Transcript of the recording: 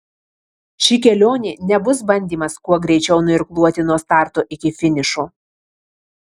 ši kelionė nebus bandymas kuo greičiau nuirkluoti nuo starto iki finišo